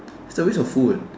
a waste of food